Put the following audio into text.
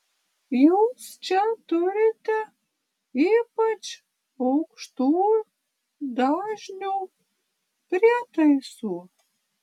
jūs čia turite ypač aukštų dažnių prietaisų